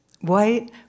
white